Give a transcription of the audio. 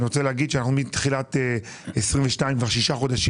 אני רוצה לומר שאנחנו מתחילת 2022, כבר 6 חודשים,